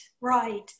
right